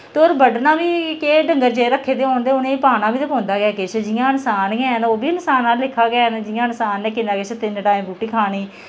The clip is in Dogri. ते और बड्ढना बी केह् डंगर जेह् रक्खे दे होन ते उनें पाना बी ते पौंदा ऐ किश जि'यां इन्सान गै न ओह् बी इन्सान आह्ले लेखा गै न जि'यां इन्सान नै किन्ना किश तिन्न टाइम रुट्टी खानी